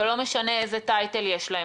ולא משנה איזה טייטל יש להם.